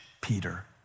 Peter